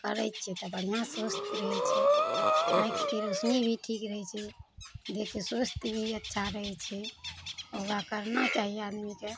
करै छियै तऽ बढ़िआँ स्वास्थ रहै छै आँखिके रौशनी भी ठीक रहै छै देखऽके स्वास्थ भी अच्छा रहै छै योगा करबा चाही आदमीके